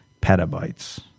petabytes